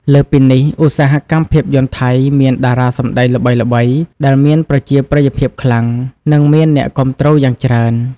លើសពីនេះ ឧស្សាហកម្មភាពយន្តថៃមាន តារាសម្តែងល្បីៗ ដែលមានប្រជាប្រិយភាពខ្លាំង និងមានអ្នកគាំទ្រយ៉ាងច្រើន។